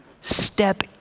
step